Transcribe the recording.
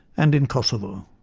and in kosovo.